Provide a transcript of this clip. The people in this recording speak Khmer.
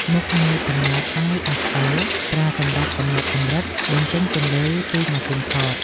មុខងារកំណត់ អាយ អេស អូ ប្រើសម្រាប់កំណត់កម្រិត បញ្ចេញពន្លឺពីម៉ាស៊ីនថត។